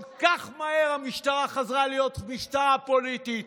כל כך מהר המשטרה חזרה להיות משטרה פוליטית.